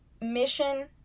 mission